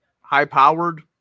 high-powered